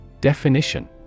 Definition